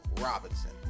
Robinson